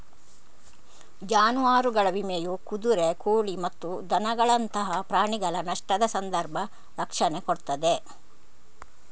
ಜಾನುವಾರುಗಳ ವಿಮೆಯು ಕುದುರೆ, ಕೋಳಿ ಮತ್ತು ದನಗಳಂತಹ ಪ್ರಾಣಿಗಳ ನಷ್ಟದ ಸಂದರ್ಭ ರಕ್ಷಣೆ ಕೊಡ್ತದೆ